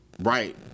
right